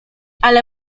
ale